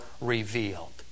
revealed